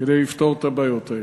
כדי לפתור את הבעיות האלה.